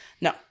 No